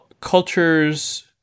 cultures